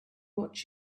what